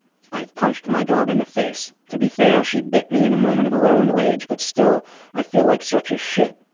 i have punched my dog in the face. to be fair, she bit me in the moment of her own rage but still i feel like such a shit.